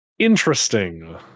Interesting